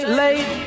late